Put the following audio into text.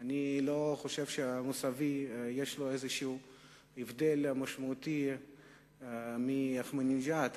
לא חושב שיש איזה הבדל משמעותי בין מוסאווי לאחמדינג'אד.